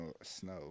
snow